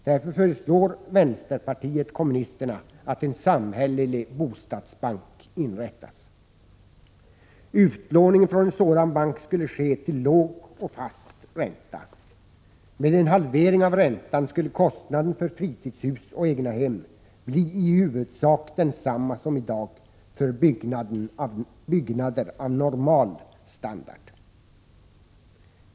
Därför föreslår vänsterpartiet kommunisterna att en samhällelig bostadsbank inrättas. Utlåningen från en sådan bank skulle ske till låg och fast ränta. Med en halvering av räntan skulle kostnaden för fritidshus och egnahem bli i huvudsak densamma som i dag för byggnader av normal standard.